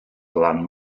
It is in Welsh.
lan